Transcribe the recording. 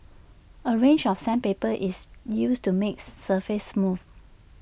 A range of sandpaper is used to make surface smooth